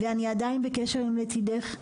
ואני עדיין בקשר עם "לצידך".